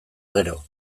gero